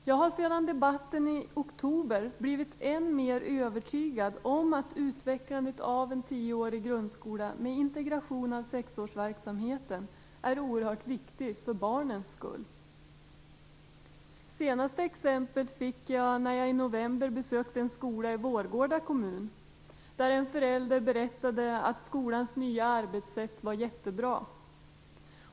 Jag har sedan debatten i oktober blivit än mer övertygad om att utvecklandet av en tioårig grundskola med integration av sexårsverksamheten är oerhört viktig för barnens skull. Det senaste exemplet på det fick jag när jag i november besökte en skola i Vårgårda kommun, där en förälder berättade att skolans nya arbetssätt var jättebra.